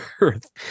Earth